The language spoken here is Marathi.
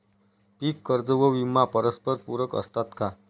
पीक कर्ज व विमा परस्परपूरक असतात का?